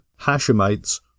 Hashemites